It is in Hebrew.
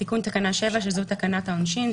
תיקון תקנה 7 זאת תקנת העונשין.